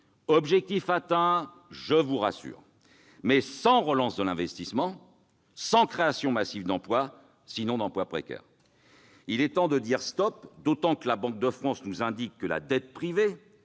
objectif atteint, je vous rassure -, mais sans relance de l'investissement ni création massive d'emplois, sinon d'emplois précaires. Il est temps de dire « stop », d'autant que la Banque de France nous indique que la dette privée,